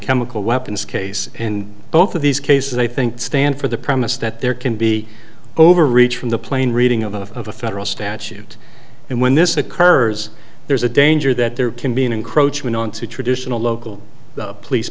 chemical weapons case and both of these cases i think stand for the premise that there can be overreach from the plain reading of a federal statute and when this occurs there's a danger that there can be an encroachment on to traditional local police